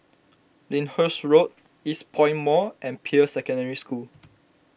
Lyndhurst Road Eastpoint Mall and Peirce Secondary School